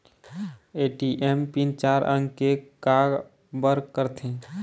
ATM PIN चार अंक के का बर करथे?